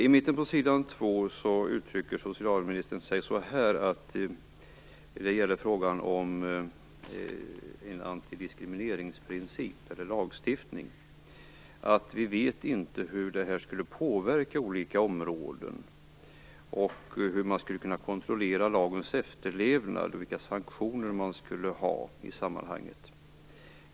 I mitten på s. 2 uttrycker socialministern sig så här när det gäller frågan om en antidiskrimineringsprincip eller lagstiftning: Vi vet inte hur detta skulle kunna påverka olika områden, hur man skulle kunna kontrollera lagens efterlevnad och vilka sanktioner man skulle ha i sammanhanget.